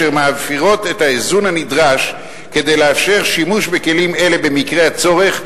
אשר מפירות את האיזון הנדרש כדי לאפשר שימוש בכלים אלה במקרה הצורך,